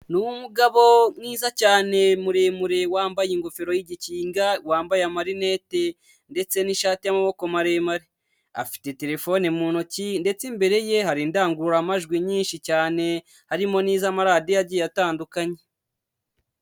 Ni umugabo mwiza cyane muremure wambaye ingofero y'igikinga, wambaye amarinete ndetse n'ishati y'amaboko maremare. Afite telefone mu ntoki ndetse imbere ye hari indangururamajwi nyinshi cyane, harimo n'iz'amaradiyo agiye atandukanye.